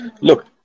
look